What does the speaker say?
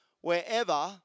wherever